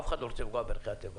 אף אחד לא רוצה לפגוע בערכי הטבע,